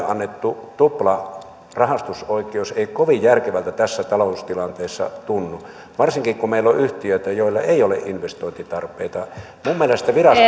annettu tuplarahastusoikeus ei kovin järkevältä tässä taloustilanteessa tunnu varsinkaan kun meillä on yhtiöitä joilla ei ole investointitarpeita minun mielestäni virasto